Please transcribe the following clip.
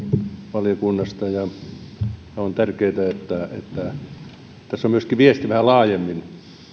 valiokunnasta ja minusta on tärkeää että tässä on sellainen viesti myöskin vähän laajemmin